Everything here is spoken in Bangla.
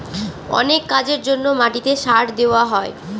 অনেক কাজের জন্য মাটিতে সার দেওয়া হয়